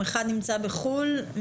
אחד נמצא בחו"ל.